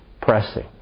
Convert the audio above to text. pressing